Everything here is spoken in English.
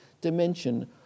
dimension